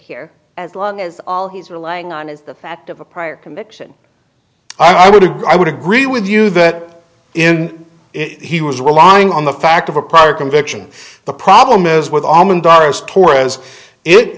here as long as all he's relying on is the fact of a prior conviction i would agree i would agree with you that in it he was relying on the fact of a prior conviction the problem i